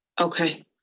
Okay